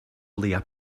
leia